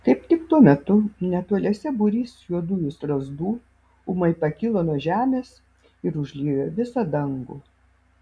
kaip tik tuo metu netoliese būrys juodųjų strazdų ūmai pakilo nuo žemės ir užliejo visą dangų